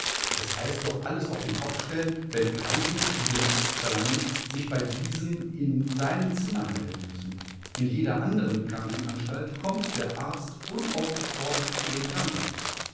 es heißt doch alles auf den kopf stellen wenn kranke die den arzt verlangen sich bei diesem in seinem zimmer melden müssen in jeder anderen krankenanstalt kommt der arzt unaufgefordert zu dem kranken